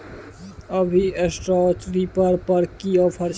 अभी straw reaper पर की ऑफर छै?